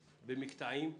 במקטעים.